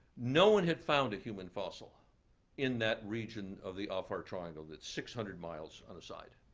no one had found a human fossil in that region of the afar triangle, that's six hundred miles on the side.